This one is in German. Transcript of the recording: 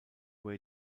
way